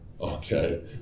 Okay